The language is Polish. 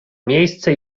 miejsce